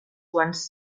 quants